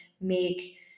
make